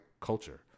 culture